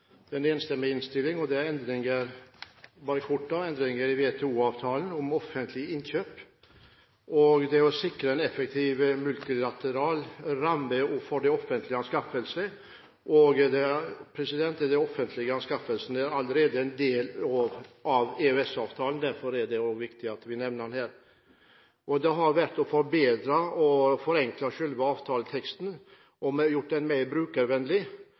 Det er en enstemmig innstilling, og det er – bare kort – endring av WTO-avtalen om offentlige innkjøp og det å sikre en effektiv multilateral ramme for offentlige anskaffelser. De offentlige anskaffelsene er allerede en del av EØS-avtalen. Derfor er det også viktig at vi nevner den her. Målet har vært å forbedre og forenkle selve avtaleteksten, og vi har gjort den mer brukervennlig.